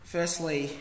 Firstly